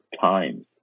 times